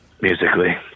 musically